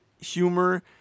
humor